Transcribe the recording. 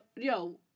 Yo